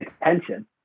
attention